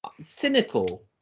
Cynical